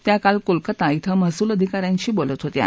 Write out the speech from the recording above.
त्या काल कोलकता इथं महसूल अधिकाऱ्यांशी बोलत होत्या